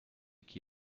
qui